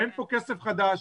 אין פה כסף חדש,